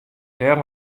dêr